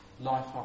life